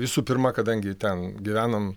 visų pirma kadangi ten gyvenam